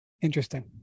Interesting